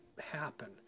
happen